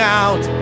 out